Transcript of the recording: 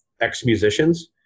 ex-musicians